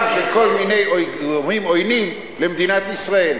של כל מיני גורמים עוינים למדינת ישראל.